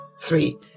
three